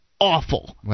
Awful